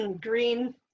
Green